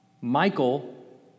Michael